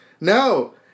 No